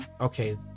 okay